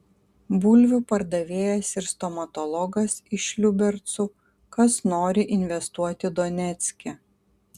bulvių pardavėjas ir stomatologas iš liubercų kas nori investuoti donecke